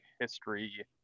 history